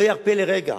אני לא ארפה לרגע.